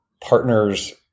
partners